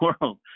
world